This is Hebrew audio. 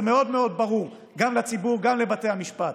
מאוד מאוד ברור גם לציבור וגם לבתי המשפט: